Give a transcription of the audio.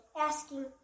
asking